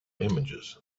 images